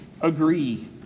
agree